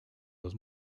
los